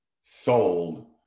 sold